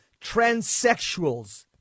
transsexuals